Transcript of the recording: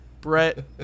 Brett